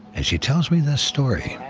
and she tells me this story.